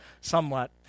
somewhat